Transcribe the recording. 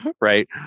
right